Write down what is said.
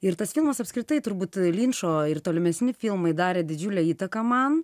ir tas filmas apskritai turbūt linčo ir tolimesni filmai darė didžiulę įtaką man